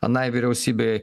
anai vyriausybei